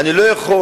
אני לא יכול,